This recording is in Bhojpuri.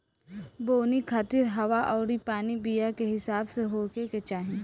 बोवनी खातिर हवा अउरी पानी बीया के हिसाब से होखे के चाही